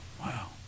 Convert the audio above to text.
Wow